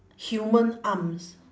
human arms